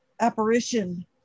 apparition